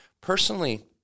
personally